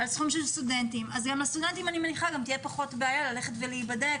אני מניחה שגם לסטודנטים תהיה פחות בעיה להיבדק,